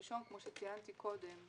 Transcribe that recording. הראשון, כמו שציינתי קודם,